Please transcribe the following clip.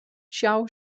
chao